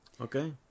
Okay